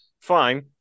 fine